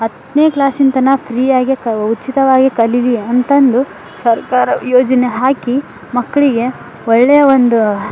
ಹತ್ತನೇ ಕ್ಲಾಸಿನ ತನಕ ಫ್ರೀಯಾಗೇ ಕ ಉಚಿತವಾಗೇ ಕಲಿಯಲಿ ಅಂತಂದು ಸರ್ಕಾರ ಯೋಜನೆ ಹಾಕಿ ಮಕ್ಕಳಿಗೆ ಒಳ್ಳೆಯ ಒಂದು